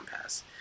pass